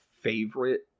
favorite